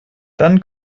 dann